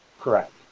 correct